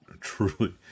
truly